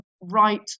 right